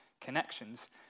connections